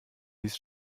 ließ